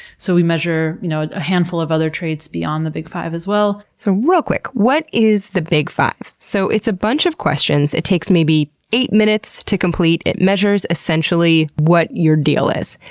so we measure, you know, a handful of other traits beyond the big five as well. so, real quick, what is the big five? so it's a bunch of questions, it takes maybe eight minutes to complete, it measures essentially what your deal is.